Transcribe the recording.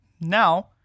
Now